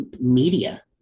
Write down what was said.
media